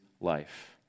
life